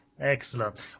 Excellent